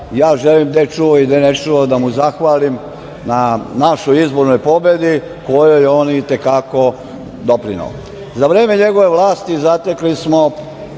želim da je čuo ili ne čuo da mu zahvalim na našoj izbornoj pobedi kojoj je on i te kako doprineo.Za vreme njegove vlasti zatekli smo